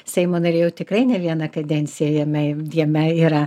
seimo nariai jau tikrai ne vieną kadenciją jame jame yra